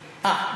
אה.